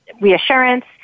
reassurance